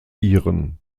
iren